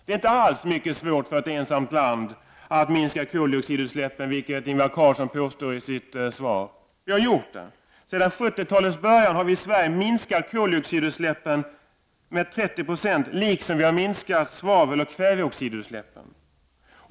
Det är inte alls svårt för ett ensamt land att minska koldioxidutsläppen, vilket Ingvar Carlsson påstår i sitt svar. Vi har gjort det! Sedan 70-talets början har vi i Sverige minskat koldioxidutsläppen med 30 96, och vi har minskat svaveloch kväveoxidutsläppen.